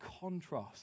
contrast